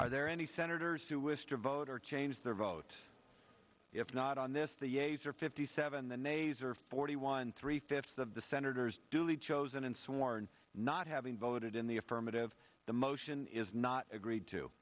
are there any senators who wish to vote or change their vote if not on this the a's are fifty seven the nays are forty one three fifths of the senators duly chosen and sworn not having voted in the affirmative the motion is not agreed to